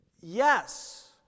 Yes